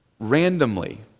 randomly